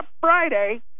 Friday